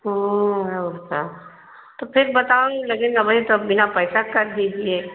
ओ उ त तो फिर बताब लगेन अबहे तो बिना पैसा के कर दीजिए